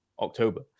October